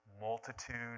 multitude